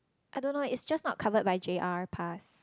I don't know it's just not covered by J_R pass